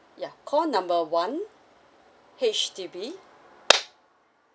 ya call number one H_D_B